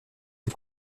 les